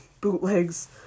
bootlegs